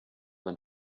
than